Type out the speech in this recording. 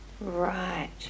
Right